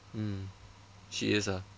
mm she is ah